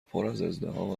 پرازدحام